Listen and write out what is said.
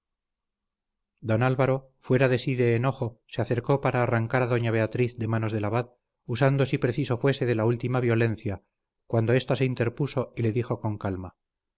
don álvaro fuera de sí de enojo se acercó para arrancar a doña beatriz de manos del abad usando si preciso fuese de la última violencia cuando ésta se interpuso y le dijo con calma